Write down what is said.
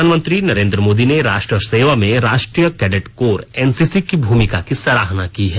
प्रधानमंत्री नरेन्द्र मोदी ने राष्ट्र सेवा में राष्ट्रीय कैडेट कोर एनसीसी की भूमिका की सराहना की है